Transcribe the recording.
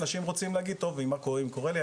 אנשים רוצים להגיד טוב אם משהו קורה לי,